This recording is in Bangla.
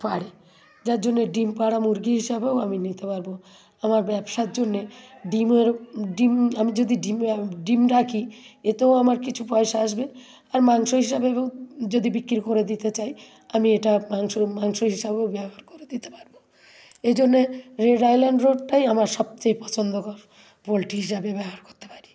পাড়ে যার জন্যে ডিম পাড়া মুরগি হিসাবেও আমি নিতে পারবো আমার ব্যবসার জন্যে ডিমের ডিম আমি যদি ডিমের ডিম রাখি এতেও আমার কিছু পয়সা আসবে আর মাংস হিসাবেও যদি বিক্রি করে দিতে চাই আমি এটা মাংস মাংসের হিসাবেও ব্যবহার করে দিতে পারবো এই জন্যে রেড আইল্যাণ্ড রোডটাই আমার সবচেয়ে পছন্দকর পোলট্রি হিসাবে ব্যবহার করতে পারি